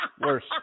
worse